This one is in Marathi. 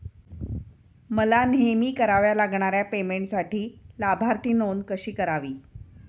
मला नेहमी कराव्या लागणाऱ्या पेमेंटसाठी लाभार्थी नोंद कशी करावी?